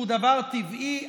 שהוא דבר טבעי?